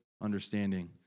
understanding